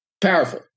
powerful